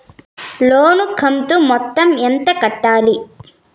లోను కంతు మొత్తం ఎంత కట్టాలి?